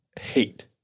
hate